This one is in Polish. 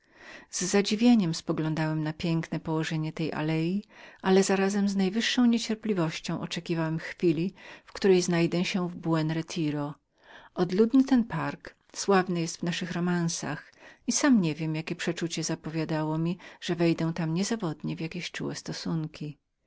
z zadziwieniem poglądałem na piękne położenie tego miejsca z najwyższą jednak niecierpliwością oczekiwałem chwili w której będę mógł zwiedzić buen retiro ta samotna przechadzka sławną jest w naszych romansach i sam niewiem jakie przeczucie zapowiadało mi że wejdę tam niezawodnie w jakie miłosne stosunki